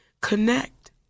connect